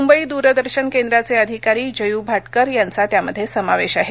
मुंबई दूरदर्शन केंद्राचे अधिकारी जयू भाटकर यांचा त्यामध्ये समावेश आहे